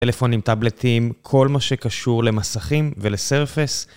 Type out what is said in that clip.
טלפונים, טאבלטים, כל מה שקשור למסכים ול-surface